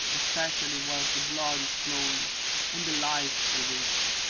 especially whilst the blood is flowing and the life with it.